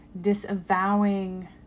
disavowing